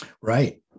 Right